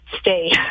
stay